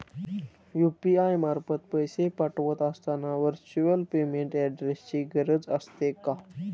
UPI मार्फत पैसे पाठवत असताना व्हर्च्युअल पेमेंट ऍड्रेसची गरज असते का?